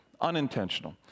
unintentional